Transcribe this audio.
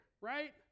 right